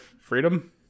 freedom